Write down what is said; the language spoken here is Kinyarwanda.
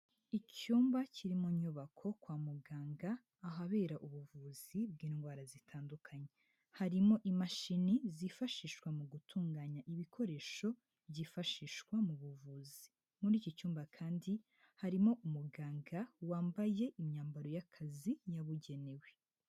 Icyumba kiri mu nyubako kwa muganga, ahabera ubuvuzi bw'indwara zitandukanye, harimo imashini zifashishwa mu gutunganya ibikoresho byifashishwa mu buvuzi, muri iki cyumba kandi harimo umuganga wambaye imyambaro y'akazi yabugenewe.